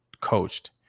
coached